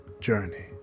journey